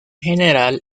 general